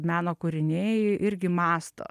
meno kūriniai irgi mąsto